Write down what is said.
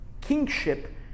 kingship